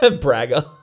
Bragger